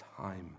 time